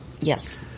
yes